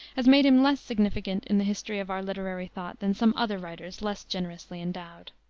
has made him less significant in the history of our literary thought than some other writers less generously endowed.